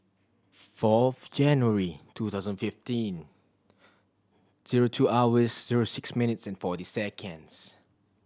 fourth January two thousand fifteen zero two hours zero six minutes and forty seconds